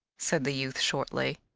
said the youth shortly.